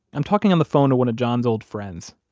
i'm talking on the phone to one of john's old friends,